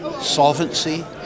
solvency